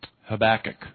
Habakkuk